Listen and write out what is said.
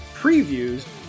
previews